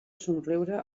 somriure